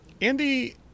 Andy